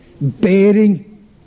bearing